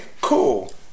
cool